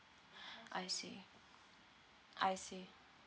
I see I see